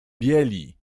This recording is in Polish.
bieli